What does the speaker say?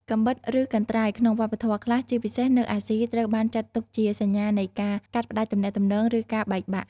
កាំបិត ឬកន្ត្រៃ ក្នុងវប្បធម៌ខ្លះ ជាពិសេសនៅអាស៊ី ត្រូវបានចាត់ទុកជាសញ្ញានៃការ កាត់ផ្តាច់ទំនាក់ទំនង ឬការបែកបាក់។